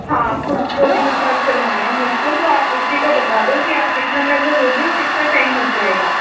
हाँ full body massage करवाना है मुझको तो आप उसी का बता दो की आप कितना पैसा लोगे और कितना टाइम लग जायेगा